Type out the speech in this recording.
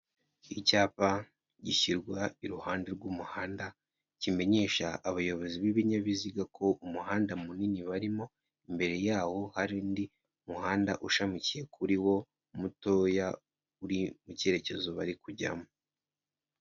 Icyapa gishyirwa iruhande rw'umuhanda, kimenyesha abayobozi b'ibinyabiziga ko umuhanda munini barimo, imbere yawo hari undi muhanda ushamikiye kuri wo mutoya uri mu cyerekezo bari kujyamo.